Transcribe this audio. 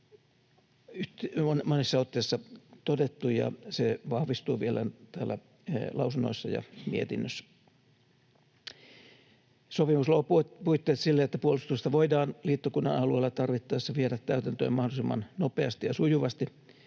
monessa otteessa todettu, ja se vahvistuu vielä täällä lausunnoissa ja mietinnössä. Sopimus luo puitteet sille, että puolustusta voidaan liittokunnan alueella tarvittaessa viedä täytäntöön mahdollisimman nopeasti ja sujuvasti,